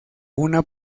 una